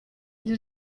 gli